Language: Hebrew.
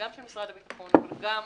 גם של משרד הביטחון אבל גם